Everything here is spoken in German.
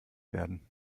werden